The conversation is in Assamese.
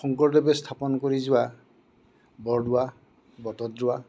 শংকৰদেৱে স্থাপন কৰি যোৱা বৰদোৱা বটদ্ৰৱা